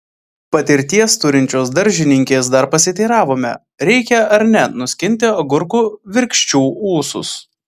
patirties turinčios daržininkės dar pasiteiravome reikia ar ne nuskinti agurkų virkščių ūsus